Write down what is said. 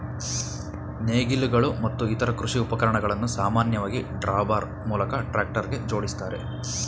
ನೇಗಿಲುಗಳು ಮತ್ತು ಇತರ ಕೃಷಿ ಉಪಕರಣಗಳನ್ನು ಸಾಮಾನ್ಯವಾಗಿ ಡ್ರಾಬಾರ್ ಮೂಲಕ ಟ್ರಾಕ್ಟರ್ಗೆ ಜೋಡಿಸ್ತಾರೆ